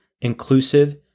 inclusive